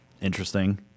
Interesting